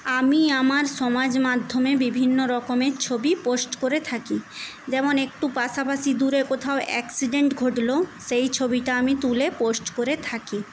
আমি আমার সমাজ মাধ্যমে বিভিন্ন রকমের ছবি পোস্ট করে থাকি যেমন একটু পাশাপাশি দূরে কোথাও অ্যাক্সিডেন্ট ঘটলো সেই ছবিটা আমি তুলে পোস্ট করে থাকি